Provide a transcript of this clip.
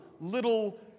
little